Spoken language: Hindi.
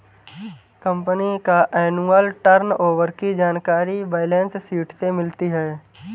कंपनी का एनुअल टर्नओवर की जानकारी बैलेंस शीट से मिलती है